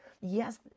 Yes